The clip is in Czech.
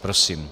Prosím.